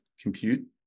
compute